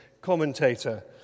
commentator